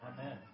Amen